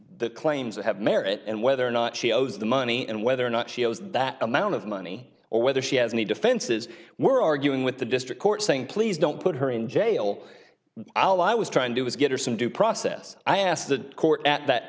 that claims to have merit and whether or not she owes the money and whether or not she owes that amount of money or whether she has any defenses were arguing with the district court saying please don't put her in jail all i was trying to do was give her some due process i asked the court at that